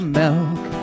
milk